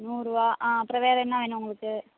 நூறுபா ஆ அப்புறோம் வேறு என்ன வேணும் உங்களுக்கு